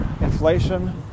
inflation